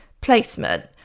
placement